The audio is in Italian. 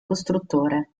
costruttore